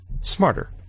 smarter